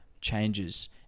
changes